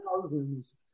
thousands